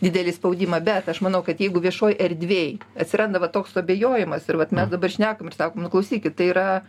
didelį spaudimą bet aš manau kad jeigu viešoj erdvėj atsiranda va toks suabejojimas ir vat mes dabar šnekam ir sakom nu klausykit tai yra